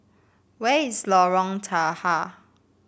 where is Lorong Tahar